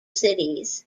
cities